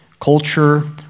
culture